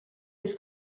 his